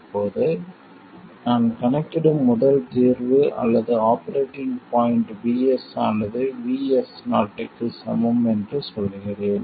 இப்போது நான் கணக்கிடும் முதல் தீர்வு அல்லது ஆபரேட்டிங் பாய்ண்ட் VS ஆனது VS0 க்கு சமம் என்று சொல்கிறேன்